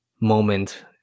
moment